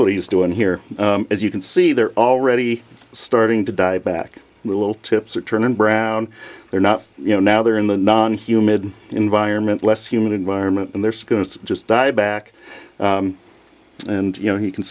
what he's doing here as you can see they're already starting to die back a little tips are turning brown they're not you know now they're in the non humid environment less humid environment and there's going to just die back and you know you can